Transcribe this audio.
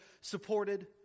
supported